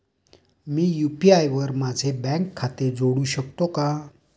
मी UPI वर माझे bank खाते जोडू शकतो का?